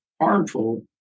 harmful